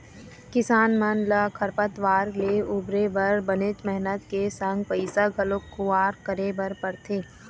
किसान मन ल खरपतवार ले उबरे बर बनेच मेहनत के संग पइसा घलोक खुवार करे बर परथे